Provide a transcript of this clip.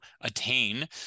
attain